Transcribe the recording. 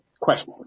question